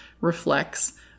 reflects